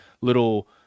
little